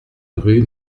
rue